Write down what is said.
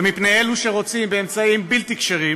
ומפני אלה שרוצים באמצעים בלתי כשרים,